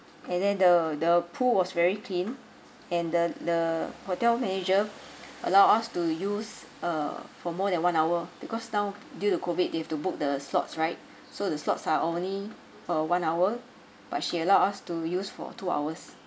and then the the pool was very clean and the the hotel manager allow us to use uh for more than one hour because now due to COVID they have to book the slots right so the slots are only for one hour but she allowed us to use for two hours